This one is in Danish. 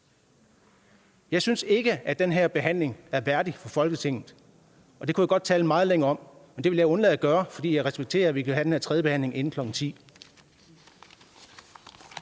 Jeg synes ikke, at den her behandling er værdig for Folketinget, og det kunne jeg godt tale meget længe om, men det vil jeg undlade at gøre, for jeg respekterer, at vi skal have den her tredjebehandling inden kl.